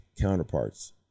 counterparts